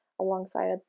alongside